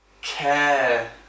care